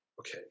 Okay